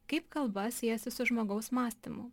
kaip kalba siejasi su žmogaus mąstymu